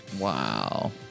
Wow